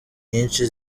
nyinshi